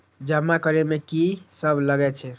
जमा करे में की सब लगे छै?